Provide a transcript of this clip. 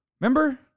Remember